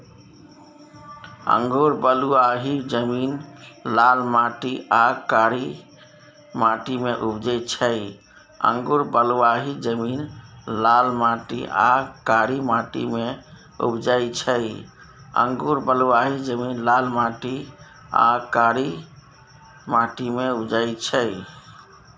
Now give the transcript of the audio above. अंगुर बलुआही जमीन, लाल माटि आ कारी माटि मे उपजै छै